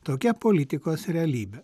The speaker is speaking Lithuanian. tokia politikos realybė